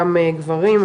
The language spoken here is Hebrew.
גם גברים,